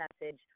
message